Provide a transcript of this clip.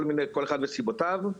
כל אחד וסיבותיו,